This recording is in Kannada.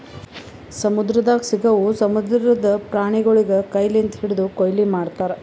ಸಮುದ್ರದಾಗ್ ಸಿಗವು ಸಮುದ್ರದ ಪ್ರಾಣಿಗೊಳಿಗ್ ಕೈ ಲಿಂತ್ ಹಿಡ್ದು ಕೊಯ್ಲಿ ಮಾಡ್ತಾರ್